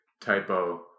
typo